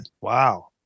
Wow